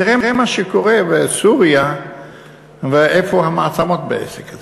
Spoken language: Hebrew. תראה מה שקורה בסוריה ואיפה המעצמות בעסק הזה.